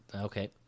Okay